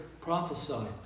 prophesied